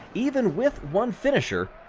even with one finisher,